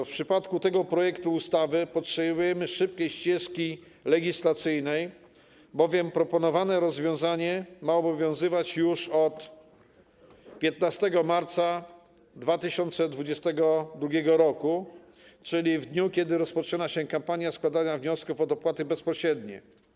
W przypadku tego projektu ustawy potrzebujemy szybkiej ścieżki legislacyjnej, bowiem proponowane rozwiązanie ma obowiązywać już od 15 marca 2022 r., czyli od dnia, w którym rozpoczyna się kampania składania wniosków o dopłaty bezpośrednie.